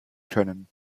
können